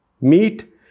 meat